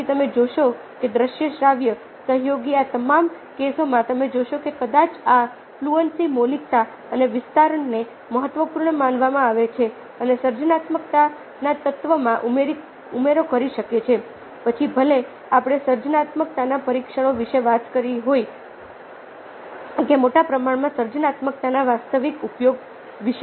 પછી તમે જોશો કે દ્રશ્ય શ્રાવ્ય સહયોગી આ તમામ કેસોમાં તમે જોશો કે કદાચ આ ફ્લુઅન્સી મૌલિકતા અને વિસ્તરણને મહત્વપૂર્ણ માનવામાં આવે છે અને સર્જનાત્મકતાના તત્વમાં ઉમેરો કરી શકે છે પછી ભલે આપણે સર્જનાત્મકતાના પરીક્ષણો વિશે વાત કરતા હોઈએ કે મોટા પ્રમાણમાં સર્જનાત્મકતાના વાસ્તવિક ઉપયોગ વિશે